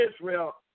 Israel